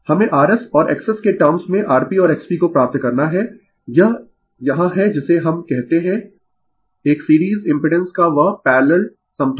हमें rs और XS के टर्म्स में Rp और XP को प्राप्त करना है यह eh यहाँ है जिसे हम कहते है एक सीरीज इम्पिडेंस का वह पैरलल समतुल्य